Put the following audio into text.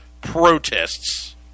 protests